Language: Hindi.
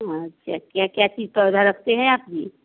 अच्छा क्या क्या चीज पौधा रखते हैं आप भी